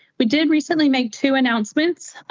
we did recently make two announcements.